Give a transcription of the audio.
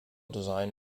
design